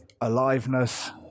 aliveness